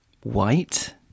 White